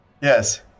Yes